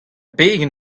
pegen